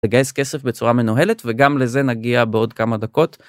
לגייס כסף בצורה מנוהלת וגם לזה נגיע בעוד כמה דקות.